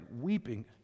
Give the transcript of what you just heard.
weeping